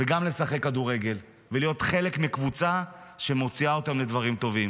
וגם לשחק כדורגל ולהיות חלק מקבוצה שמוציאה אותם לדברים טובים.